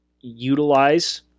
utilize